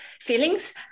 feelings